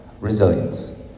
Resilience